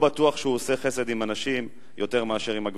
לא בטוח שהוא עושה חסד עם הנשים יותר מאשר עם הגברים.